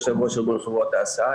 יושב-ראש ארגון חברות ההסעה.